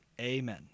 Amen